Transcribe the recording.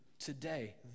today